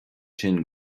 sin